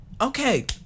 Okay